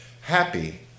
happy